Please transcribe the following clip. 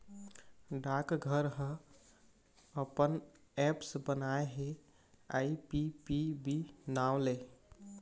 डाकघर ह अपन ऐप्स बनाए हे आई.पी.पी.बी नांव ले